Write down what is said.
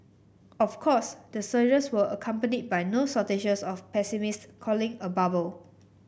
of course the surges were accompanied by no shortage of pessimists calling a bubble